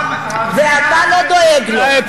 ואתה לא דואג לו,